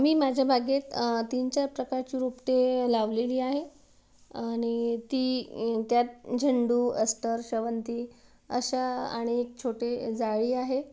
मी माझ्या बागेत तीन चार प्रकारची रोपटे लावलेली आहे आणि ती त्यात झेंडू अस्टर शेवंती अशा आणि एक छोटे जाळी आहे